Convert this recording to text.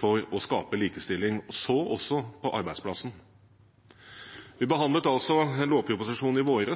for å skape likestilling, så også på arbeidsplassen. Vi behandlet altså en lovproposisjon i vår.